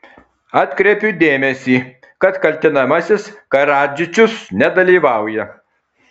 atkreipiu dėmesį kad kaltinamasis karadžičius nedalyvauja